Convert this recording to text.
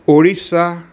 Orissa